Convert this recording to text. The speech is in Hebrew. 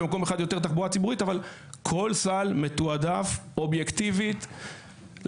במקום אחר יותר תחבורה ציבורית אבל כל סל מתועדף אובייקטיבית לחלוטין.